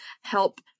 help